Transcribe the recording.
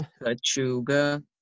Kachuga